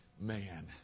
man